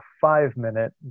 five-minute